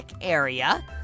area